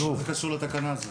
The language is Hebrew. למה זה קשור לתקנה הזו?